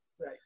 Right